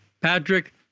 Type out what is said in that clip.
Patrick